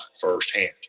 firsthand